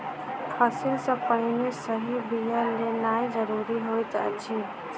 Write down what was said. फसिल सॅ पहिने सही बिया लेनाइ ज़रूरी होइत अछि